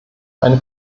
ein